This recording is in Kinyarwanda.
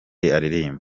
aririmba